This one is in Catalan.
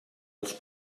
els